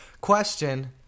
Question